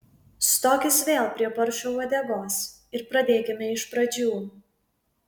stokis vėl prie paršo uodegos ir pradėkime iš pradžių